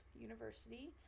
University